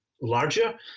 larger